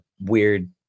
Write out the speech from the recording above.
weird